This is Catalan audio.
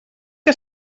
que